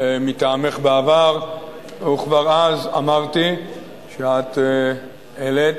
מטעמך בעבר וכבר אז אמרתי שאת העלית